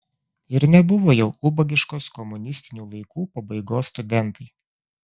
ir nebuvo jau ubagiškos komunistinių laikų pabaigos studentai